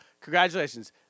Congratulations